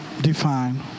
define